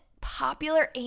popular